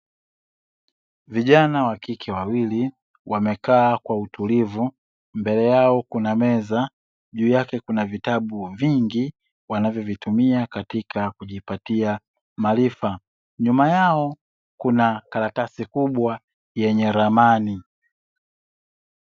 Vijana wa kike wawili wamekaa kwa utulivu. Mbele yao kuna meza, juu yake kuna vitabu vingi wanavyovitumia katika kujipatia maarifa. Nyuma yao kuna karatasi kubwa yenye ramani.